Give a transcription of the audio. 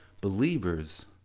believers